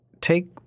take